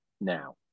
now